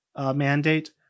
mandate